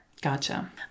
Gotcha